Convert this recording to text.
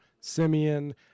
Simeon